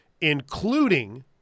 including